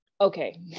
Okay